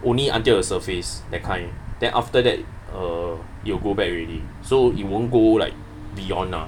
only until the surface that kind then after uh it will go back already so you won't go like beyond ah